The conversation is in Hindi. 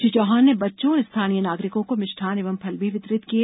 श्री चौहान ने बच्चों और स्थानीय नागरिकों को मिष्ठान एवं फल भी वितरित किए